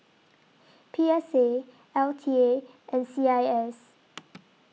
P S A L T A and C I S